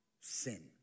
Sin